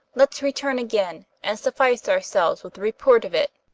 let's return again, and suffice ourselves with the report of it.